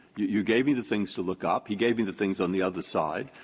you you gave me the things to look up. he gave me the things on the other side,